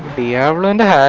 by ah and and